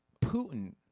Putin